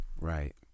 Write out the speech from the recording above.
Right